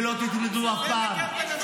ולא תתמודדו אף פעם.